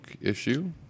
issue